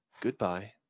Goodbye